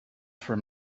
from